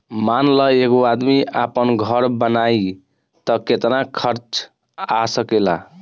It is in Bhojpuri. मान ल एगो आदमी आपन घर बनाइ त केतना खर्च आ सकेला